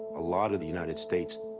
a lot of the united states,